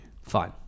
Fine